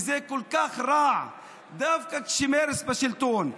האם זה כל כך רע שדווקא כשמרצ בשלטון,